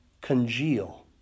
congeal